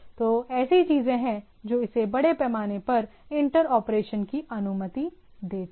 तो ऐसी चीजें हैं जो इसे बड़े पैमाने पर इंटर ऑपरेशन की अनुमति देते हैं